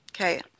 Okay